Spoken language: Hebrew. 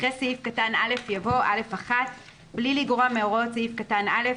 אחרי סעיף קטן (א) יבוא: "א1)בלי לגרוע מהוראות סעיף קטן (א),